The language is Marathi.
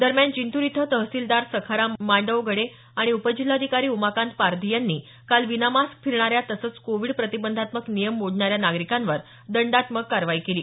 दरम्यान जिंतूर इथं तहसीलदार सखाराम मांडवगडे आणि उपजिल्हाधिकारी उमाकांत पारधी यांनी काल विनामास्क फिरणाऱ्या तसंच कोव्हिड प्रतिबंधात्मक नियम मोडणाऱ्या नागरिकांवर दंडात्मक कारवाई केली